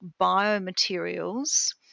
biomaterials